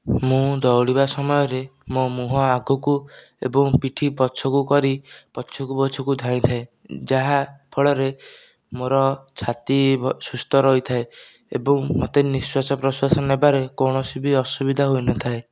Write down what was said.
ମୁଁ ଦୌଡ଼ିବା ସମୟରେ ମୋ ମୁହଁ ଆଗକୁ ଏବଂ ପିଠି ପଛକୁ କରି ପଛକୁ ପଛକୁ ଧାଇଁ ଥାଏ ଯାହା ଫଳରେ ମୋର ଛାତି ସୁସ୍ଥ ରହିଥାଏ ଏବଂ ମୋତେ ନିଶ୍ୱାସ ପ୍ରଶ୍ଵାସ ନେବାରେ କୌଣସି ବି ଅସୁବିଧା ହୋଇନଥାଏ